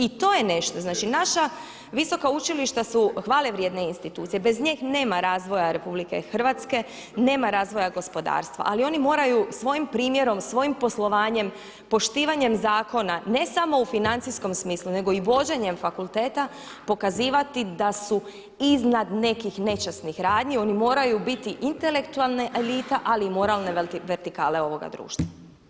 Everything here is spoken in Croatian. I to je nešto, znači naša visoka učilišta su hvalevrijedne institucije, bez njih nema razvoja Republike Hrvatske, nema razvoja gospodarstva ali oni moraju svojim primjerom, svojim poslovanjem, poštivanjem zakona ne samo u financijskom smislu nego i vođenjem fakulteta pokazivati da su iznad nekih nečasnih radnji, oni moraju biti intelektualna elita ali i moralna vertikala ovoga društva.